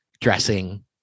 dressing